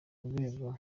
rwego